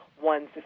one